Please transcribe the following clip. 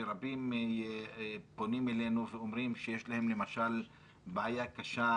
שרבים פונים אלינו ואומרים שיש להם למשל בעיה קשה